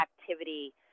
activity